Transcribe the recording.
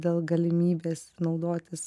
dėl galimybės naudotis